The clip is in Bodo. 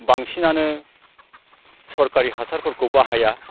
बांसिनानो सरखारि हासारफोरखौ बाहाया